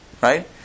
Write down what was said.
right